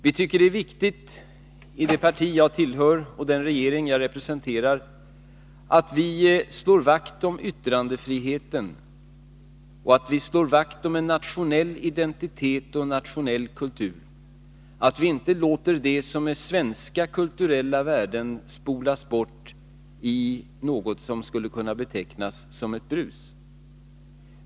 Vi tycker i det parti jag tillhör och i den regering jag representerar att det är viktigt att vi slår vakt om yttrandefriheten och att vi slår vakt om en nationell identitet och en nationell kultur, att vi inte låter svenska kulturella värden spolas bort i något som skulle kunna betecknas som ett brus.